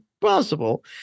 possible